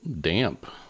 damp